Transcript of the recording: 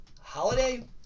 holiday